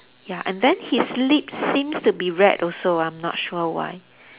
ya and then his lips seems to be red also I'm not sure why